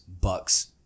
Bucks